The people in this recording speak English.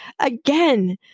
Again